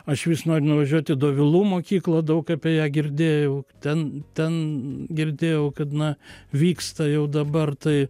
aš vis noriu nuvažiuot į dovilų mokyklą daug apie ją girdėjau ten ten girdėjau kad na vyksta jau dabar tai